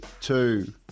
Two